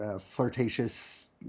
flirtatious